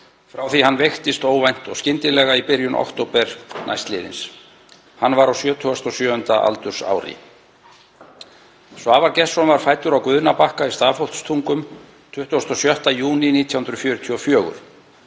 frá því hann veiktist óvænt og skyndilega í byrjun október næstliðins. Hann var á 77. aldursári. Svavar Gestsson var fæddur á Guðnabakka í Stafholtstungum 26. júní 1944.